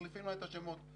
מחליפים לה את השמות.